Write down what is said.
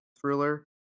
thriller